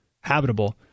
habitable